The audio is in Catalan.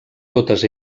totes